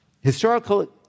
Historical